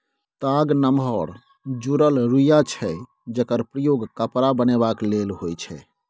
ताग नमहर जुरल रुइया छै जकर प्रयोग कपड़ा बनेबाक लेल होइ छै